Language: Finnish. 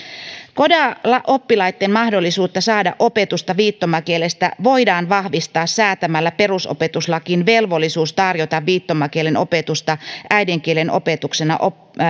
coda oppilaitten mahdollisuutta saada opetusta viittomakielestä voidaan vahvistaa säätämällä perusopetuslakiin velvollisuus tarjota viittomakielen opetusta äidinkielen opetuksena